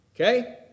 Okay